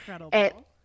Incredible